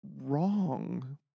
wrong